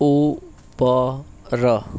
ઉપર